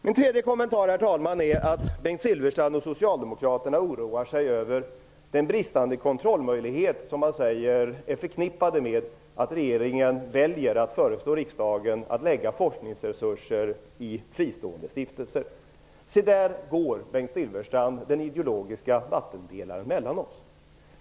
Min tredje kommentar gäller att Bengt Silfverstrand och Socialdemokraterna oroar sig över den bristande kontrollmöjlighet som man säger är förknippad med att regeringen väljer att föreslå riksdagen att forskningsresurser skall läggas i fristående stiftelser. Där går, Bengt Silfverstrand, den ideologiska vattendelaren mellan oss.